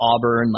Auburn